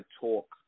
talk